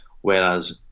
Whereas